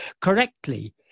correctly